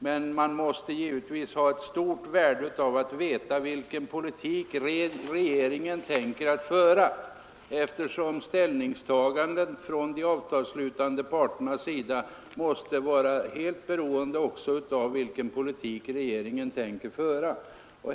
Men det måste givetvis vara värdefullt att veta vilken politik regeringen tänker föra, eftersom ställningstagandet från de avtalsslutande parternas sida måste vara helt beroende av den.